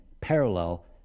parallel